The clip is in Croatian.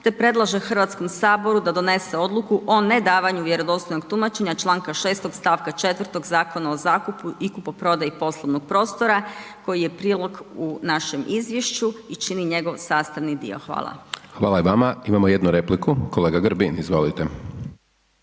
te predlaže HS da donese odluku o nedavanju vjerodostojnog tumačenja čl. 6. st. 4. Zakona o zakupu i kupoprodaji poslovnog prostora koji je prilog u našem izvješću i čini njegov sastavni dio. Hvala. **Hajdaš Dončić, Siniša (SDP)** Hvala i vama. Imamo jednu repliku, kolega Grbin izvolite.